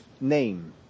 name